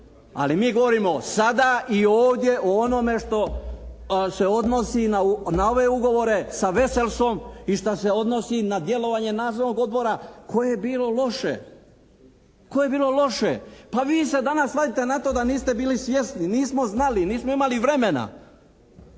Ali mi govorimo sada i ovdje o onome što se odnosi na ove ugovore sa "Veselsom" i šta se odnosi na djelovanje Nadzornog odbora koje je bilo loše, koje je bilo loše. Pa vi se danas vadite na to da niste bili svjesni, nismo znali, nismo imali vremena.